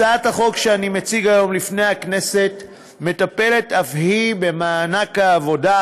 הצעת החוק שאני מציג היום לפני הכנסת מטפלת אף היא במענק העבודה,